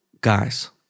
guys